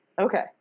Okay